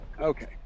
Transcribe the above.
Okay